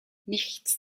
nichts